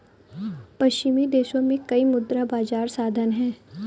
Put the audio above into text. पश्चिमी देशों में कई मुद्रा बाजार साधन हैं